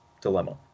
dilemma